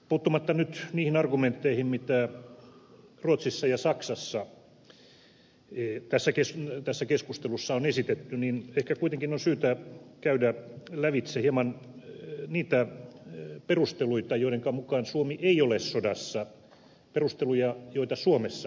puuttumatta nyt niihin argumentteihin joita ruotsissa ja saksassa tässä keskustelussa on esitetty niin ehkä kuitenkin on syytä käydä lävitse hieman niitä perusteluita joidenka mukaan suomi ei ole sodassa perusteluja joita suomessa on esitetty